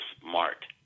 smart